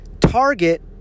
Target